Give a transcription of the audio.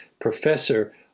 professor